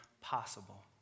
possible